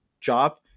job